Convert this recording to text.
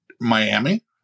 Miami